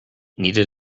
needed